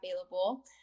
available